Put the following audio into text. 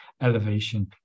elevation